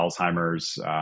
Alzheimer's